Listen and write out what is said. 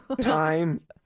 Time